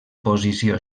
posició